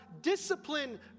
Discipline